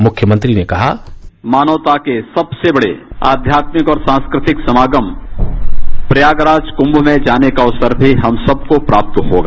मुख्यमंत्री ने कहा मानवता के सबसे बड़े अध्यात्मिक और सांस्कृतिक समागम प्रयागराज क्म में जाने का अवसर भी हम सबको प्राप्त होगा